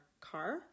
car